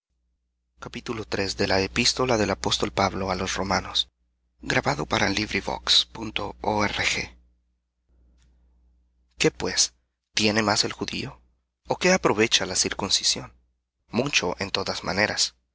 qué pues tiene más el judío ó qué aprovecha la circuncisión mucho en todas maneras